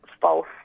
false